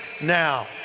now